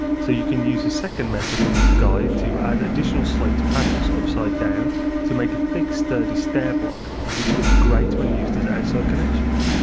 so you can use the second method in this guide to add additional sloped panels upside down to make a thick sturdy stair block which looks great when used as outside so connections.